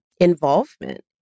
involvement